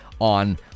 on